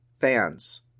fans